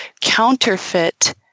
counterfeit